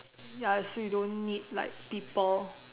ya so you don't need like people